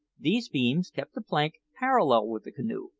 these beams kept the plank parallel with the canoe,